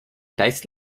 based